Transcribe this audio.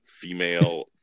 female